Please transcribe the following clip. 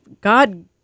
God